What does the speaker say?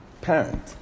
parent